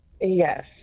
Yes